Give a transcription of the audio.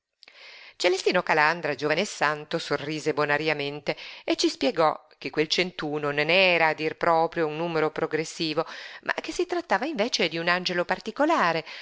giovane e santo sorrise bonariamente e ci spiegò che quel centuno non era a dir proprio un numero progressivo ma che si trattava invece di un angelo particolare